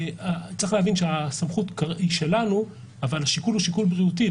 צריך להבין שהסמכות היא שלנו אבל השיקול הוא שיקול בריאותי,